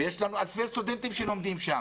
יש לנו אלפי סטודנטים שלומדים שם